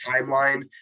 timeline